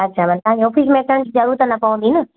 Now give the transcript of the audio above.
अछा तव्हांजे ऑफ़िस में अचण जी ज़रूरत न पवंदी न